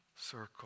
circle